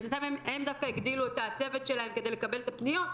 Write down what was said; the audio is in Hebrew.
בינתיים הם דווקא הגדילו את הצוות שלהם כדי לקבל את הפניות,